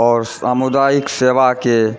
आओर सामुदायिक सेवाके